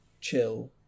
chill